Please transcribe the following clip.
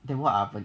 then what oven